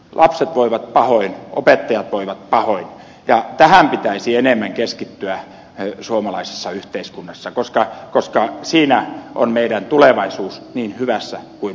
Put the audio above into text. lapset voivat pahoin opettajat voivat pahoin ja tähän pitäisi enemmän keskittyä suomalaisessa yhteiskunnassa koska siinä on meidän tulevaisuutemme niin hyvässä kuin pahassakin